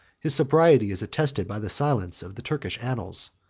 his sobriety is attested by the silence of the turkish annals,